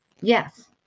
Yes